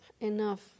enough